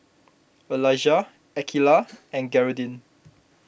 Elijah Akeelah and Gearldine